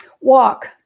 walk